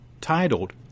titled